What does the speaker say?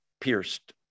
pierced